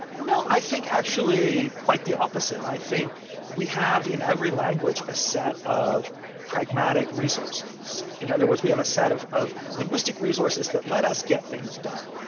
no, i think actually quite the opposite. i think we have in every language a set of pragmatic resources. in other words, we have a set of of linguistic resources that let us get things done.